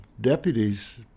deputies